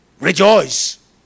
Rejoice